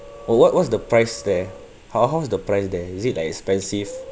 what what what's the price there how how is the price there is it like expensive